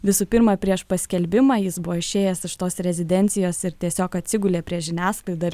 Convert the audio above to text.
visų pirma prieš paskelbimą jis buvo išėjęs iš tos rezidencijos ir tiesiog atsigulė prie žiniasklaida ir